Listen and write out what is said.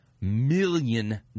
million